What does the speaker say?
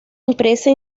empresa